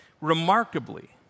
Remarkably